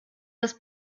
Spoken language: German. das